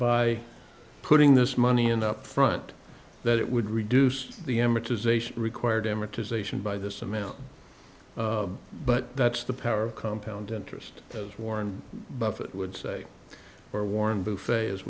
by putting this money in upfront that it would reduce the amortization required amortization by this amount but that's the power of compound interest as warren buffett would say or warren buffet